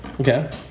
Okay